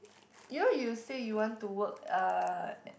you know you say you want to work uh